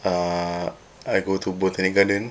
err I go to botanic garden